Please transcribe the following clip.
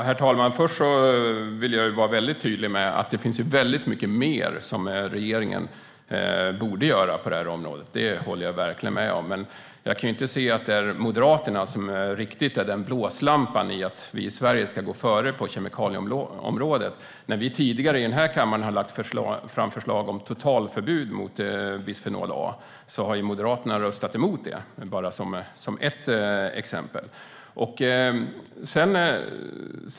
Herr talman! Jag håller verkligen med om att regeringen borde göra mycket mer på detta område. Men jag kan inte riktigt se Moderaterna som blåslampan för att vi i Sverige ska gå före på kemikalieområdet. När vi tidigare har lagt fram förslag i den här kammaren om totalförbud mot bisfenol A har Moderaterna röstat emot det, för att ta ett exempel.